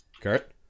Kurt